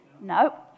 No